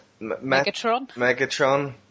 Megatron